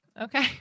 Okay